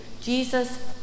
Jesus